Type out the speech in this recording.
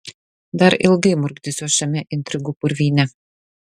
dar ilgai murkdysiuos šiame intrigų purvyne